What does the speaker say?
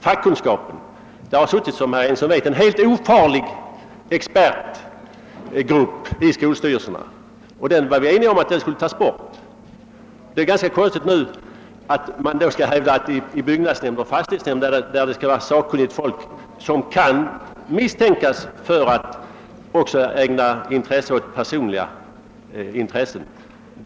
Det har, såsom herr Henningsson vet, suttit en helt ofarlig expertgrupp i skolstyrelserna, och vi var eniga om att den skulle avskaffas. Det är ganska konstigt att man då kan hävda att motsvarande ordning till varje pris skall finnas kvar i byggnadsnämnd och fastighetsnämnd, där det är sakkunnigt folk som kan misstänkas för att också vilja främja personliga intressen.